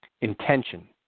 Intention